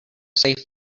safe